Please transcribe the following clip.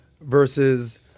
versus